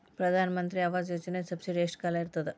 ಪ್ರಧಾನ ಮಂತ್ರಿ ಆವಾಸ್ ಯೋಜನಿ ಸಬ್ಸಿಡಿ ಎಷ್ಟ ಕಾಲ ಇರ್ತದ?